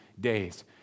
days